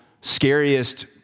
scariest